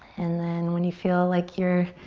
and then when you feel like you're